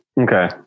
okay